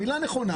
המילה נכונה